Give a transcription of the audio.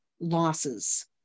losses